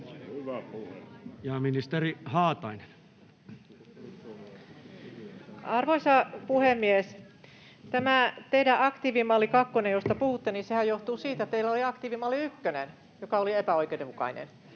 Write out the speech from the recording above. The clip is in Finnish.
Ja ministeri Haatainen. Arvoisa puhemies! Tämä teidän aktiivimalli kakkonen, josta puhutte, johtuu siitä, että teillä oli aktiivimalli ykkönen, joka oli epäoikeudenmukainen